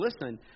listen